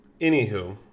anywho